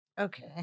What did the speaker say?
Okay